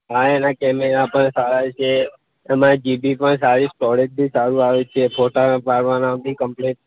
હા એના કેમેરા પણ સારા છે તમારા જી બી પણ સારી સ્ટોરેજ બી સારું આવે છે ફોટા પાડવાના બી ક્મ્પ્લેટ